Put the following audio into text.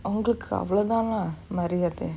ஒங்களுக்கு அவளோதானா மரியாத:ongalukku avalothaanaa mariyaatha